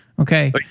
Okay